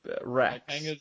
racks